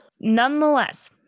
Nonetheless